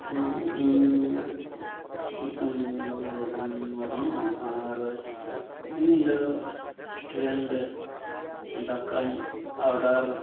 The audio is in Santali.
ᱦᱮᱸ ᱤᱧᱟᱹᱜ ᱧᱩᱛᱩᱢ ᱡᱚᱜᱚᱫᱷᱚᱱ ᱢᱩᱨᱢᱩ ᱟᱨ ᱤᱧ ᱫᱚ ᱴᱨᱮᱹᱱ ᱨᱮ ᱫᱟᱠᱟᱧ ᱚᱰᱟᱨ